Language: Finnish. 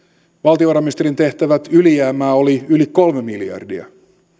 valtiovarainministerin tehtävät ylijäämää oli yli kolme miljardia